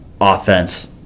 offense